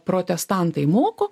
protestantai moko